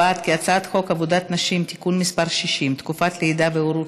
הצעת חוק עבודת נשים (תיקון מס' 60) (תקופת לידה והורות